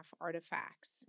artifacts